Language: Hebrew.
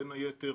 בין היתר,